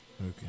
okay